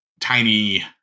Tiny